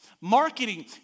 Marketing